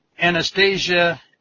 Anastasia